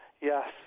yes